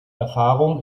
erfahrung